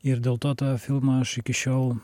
ir dėl to tą filmą aš iki šiol